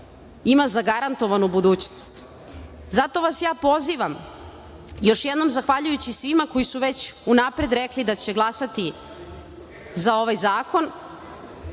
ima zagarantovanu budućnost. Zato vas ja pozivam, još jednom zahvaljujući svima koji su već unapred rekli da će glasati za ovaj zakon,